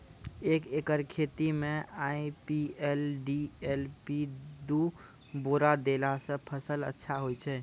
एक एकरऽ खेती मे आई.पी.एल डी.ए.पी दु बोरा देला से फ़सल अच्छा होय छै?